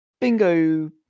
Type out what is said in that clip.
Bingo